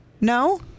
No